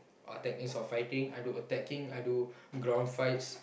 uh techniques of fighting I do attacking I do ground fights